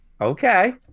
Okay